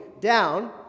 down